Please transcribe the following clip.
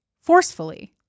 forcefully